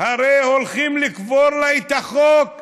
הרי הולכים לקבור לה את החוק שלה,